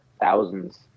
thousands